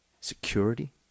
security